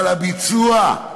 אבל הביצוע,